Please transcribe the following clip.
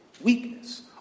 weakness